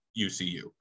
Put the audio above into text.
UCU